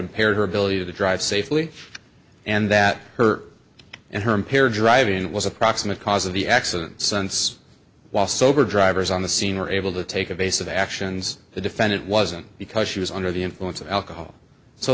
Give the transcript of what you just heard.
impaired her ability to drive safely and that her and her impaired driving was a proximate cause of the accident since while sober drivers on the scene were able to take a base of actions the defendant wasn't because she was under the influence of alcohol so